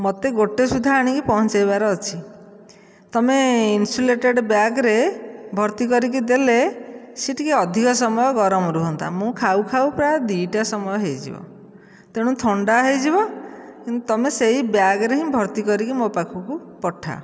ମୋତେ ଗୋଟେ ସୁଦ୍ଧା ଆଣି ପହଞ୍ଚାଇବାର ଅଛି ତୁମେ ଇନସୁଲେଟେଡ଼ ବ୍ୟାଗରେ ଭର୍ତ୍ତି କରିକି ଦେଲେ ସିଏ ଅଧିକ ସମୟ ଗରମ ରୁହନ୍ତା ମୁଁ ଖାଉ ଖାଉ ପୁରା ଦୁଇଟା ସମୟ ହୋଇଯିବ ତେଣୁ ଥଣ୍ଡା ହୋଇଯିବ ତୁମେ ସେହି ବ୍ୟାଗରେ ହିଁ ଭର୍ତ୍ତି କରିକି ହିଁ ମୋ ପାଖକୁ ପଠାଅ